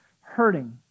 hurting